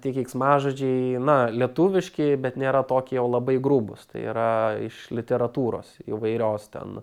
tie keiksmažodžiai na lietuviški bet nėra tokie jau labai grubūs tai yra iš literatūros įvairios ten